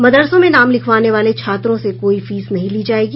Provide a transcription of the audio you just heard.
मदरसों में नाम लिखवाने वाले छात्रों से कोई फीस नहीं ली जायेगी